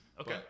Okay